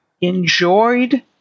enjoyed